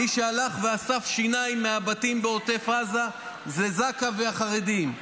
מי שהלך ואסף שיניים מהבתים בעוטף עזה זה זק"א והחרדים.